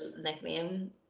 nickname